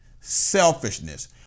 selfishness